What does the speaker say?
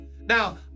Now